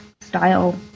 style